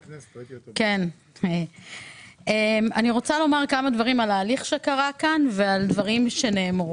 אני רוצה לומר כמה דברים על ההליך שקרה כאן ועל דברים שנאמרו.